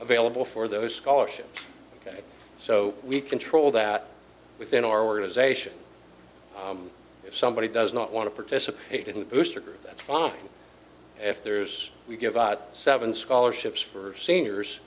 available for those scholarships so we control that within our organization if somebody does not want to participate in the booster group that's fine if there's we give out seven scholarships for seniors